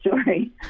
story